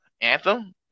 Anthem